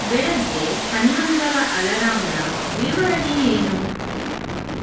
ಬೆಳಗ್ಗೆ ಹನ್ನೊಂದರ ಅಲರಾಂನ ವಿವರಣೆ ಏನು